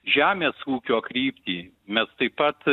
žemės ūkio kryptį mes taip pat